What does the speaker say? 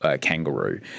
kangaroo